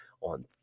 on